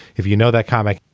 if you know that comic.